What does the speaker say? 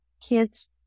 kids